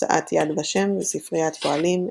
הוצאת יד ושם וספרית פועלים,